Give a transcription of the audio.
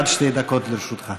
עד שתי דקות לרשותך.